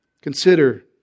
Consider